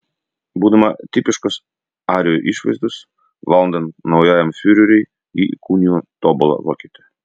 būdama tipiškos arijų išvaizdos valdant naujajam fiureriui ji įkūnijo tobulą vokietę